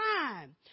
time